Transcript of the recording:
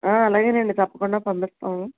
ఆ అలాగేనండి తప్పకుండా పంపిస్తాము